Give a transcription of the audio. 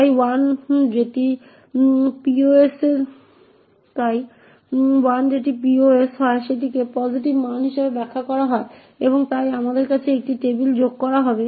তাই 1 যেটি pos হয় সেটিকে পসিটিভ মান হিসাবে ব্যাখ্যা করা হয় এবং তাই আমাদের কাছে একটি টেবিল যোগ করা হবে